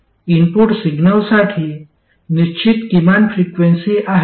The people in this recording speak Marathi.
इनपुट सिग्नलसाठी निश्चित किमान फ्रिक्वेन्सी आहे